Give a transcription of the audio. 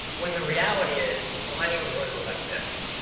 when the reality is millennials really look like this.